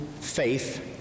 faith